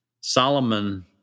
Solomon